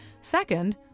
Second